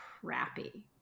crappy